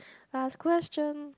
last question